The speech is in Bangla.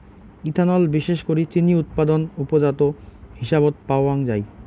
ইথানল বিশেষ করি চিনি উৎপাদন উপজাত হিসাবত পাওয়াঙ যাই